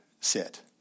sit